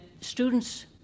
students